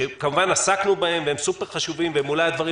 שכמובן עסקנו בהם והם סופר-חשובים והם אולי הדברים